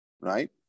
right